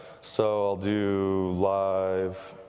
so i'll do live